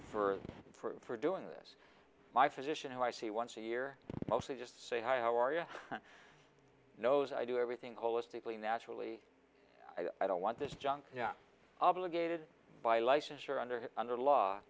for for for doing this my physician who i see once a year mostly just say hi how are you knows i do everything holistically naturally i don't want this junk obligated by licensure under under law